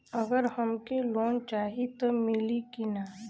अगर हमके लोन चाही त मिली की ना?